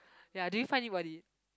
ya do you find worth it